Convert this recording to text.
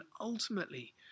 ultimately